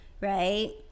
Right